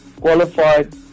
qualified